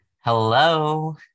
hello